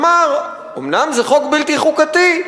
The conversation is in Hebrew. אמר: אומנם זה חוק בלתי חוקתי,